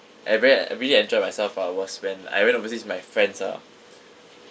I rea~ I really enjoyed myself ah was when I went overseas with my friends ah